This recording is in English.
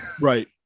Right